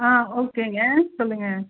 ஆ ஓகேங்க சொல்லுங்கள்